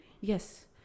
Yes